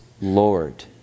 Lord